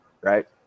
right